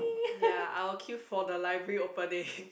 ya I will queue for the library opening